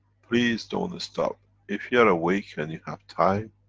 please don't stop, if you are awake and you have time,